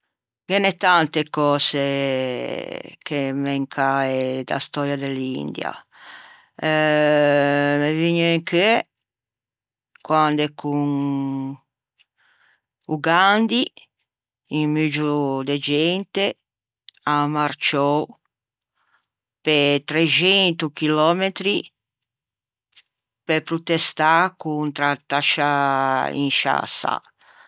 Ghe n'é tante cöse che m'é cae da stöia de l'India. Me vëgne in cheu quande con o Gandhi un muggio de gente an marciou pe trexento chillòmetri pe protestâ contra a tascia in sciâ sâ.